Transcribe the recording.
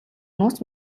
нууц